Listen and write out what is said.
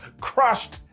crushed